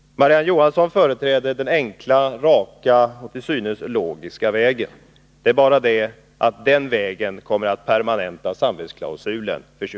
Marie-Ann Johansson företräder den enkla, raka och till synes logiska Nr 94 vägen. Det är bara det att den vägen kommer att permanenta samvetsklau